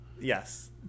Yes